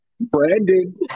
Brandon